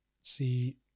see